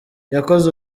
yakoze